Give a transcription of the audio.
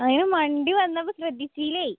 അതിന് വണ്ടി വന്നപ്പം ശ്രദ്ധിച്ചില്ലേ